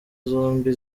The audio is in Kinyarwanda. zombi